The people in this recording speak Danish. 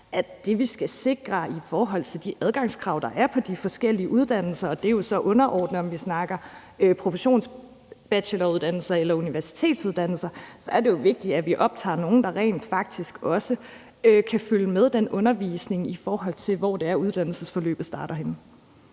at det, vi skal sikre i forhold til de adgangskrav, der er på de forskellige uddannelser – og det er jo så underordnet, om vi snakker om professionsbacheloruddannelser eller universitetsuddannelser – er, at vi optager nogle, der rent faktisk også kan følge med i den undervisning, som den er fra uddannelsesforløbets start. Kl.